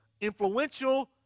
influential